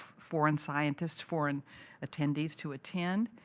foreign scientists, foreign attendees to attend.